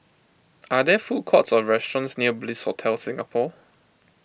are there food courts or restaurants near Bliss Hotel Singapore